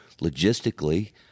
Logistically